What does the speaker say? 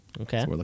Okay